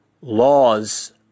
laws